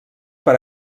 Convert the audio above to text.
per